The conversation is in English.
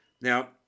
Now